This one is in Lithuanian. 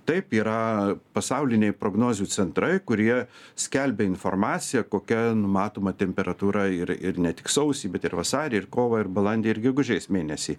taip yra pasauliniai prognozių centrai kurie skelbia informaciją kokia numatoma temperatūra ir ir ne tik sausį bet ir vasarį ir kovą ir balandį ir gegužės mėnesį